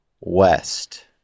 west